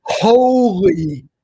Holy